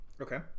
Okay